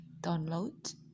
download